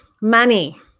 money